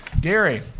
Gary